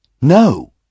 No